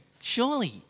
surely